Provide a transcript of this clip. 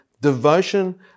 devotion